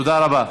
תודה רבה.